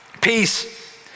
Peace